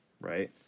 right